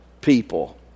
people